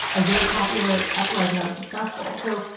a rare popular uprising that was successful. so,